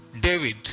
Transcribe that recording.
david